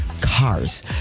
cars